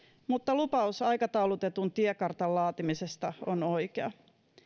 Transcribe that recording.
mutta lupaus aikataulutetun tiekartan laatimisesta on oikea